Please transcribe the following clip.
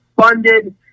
funded